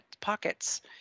pockets